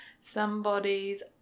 Somebody's